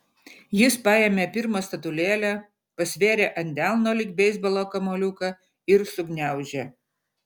jis paėmė pirmą statulėlę pasvėrė ant delno lyg beisbolo kamuoliuką ir sugniaužė